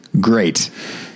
great